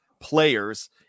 players